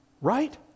right